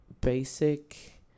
Basic